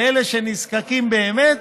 לאלה שנזקקים באמת.